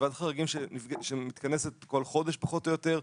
זה ועדת חריגים שמתכנסת כל חודש פחות או יותר,